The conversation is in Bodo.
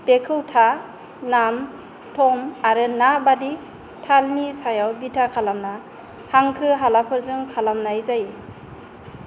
बेखौ था नाम थम आरो ना बादि तालनि सायाव बिथा खालामना हांखो हालाफोरजों खालामनाय जायो